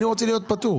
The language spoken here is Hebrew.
אני רוצה להיות פטור.